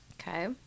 Okay